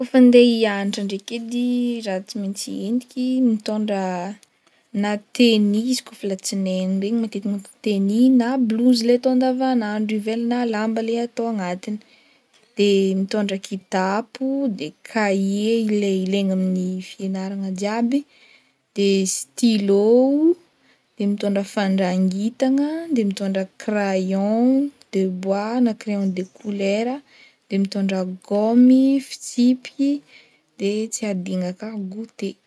Kaofa andeha hiagnatra ndraiky edy, raha tsy maintsy hientiky, mitondra, na tenue izy kaofa latsignainy regny matetiky magnao tenue na blouse le atao andavanandro ivelagna lamba le atao agnatiny de mitondra kitapo de cahier le ilaigny amin'ny fiagnarana jiaby de stylo, de mitondra fandrangitana, de mitondra crayon de bois na crayon de couleur, de mitondra gômy, fitsipiky, de tsy adino aka gouter.